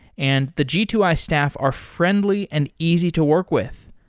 and the g two i staff are friendly and easy to work with.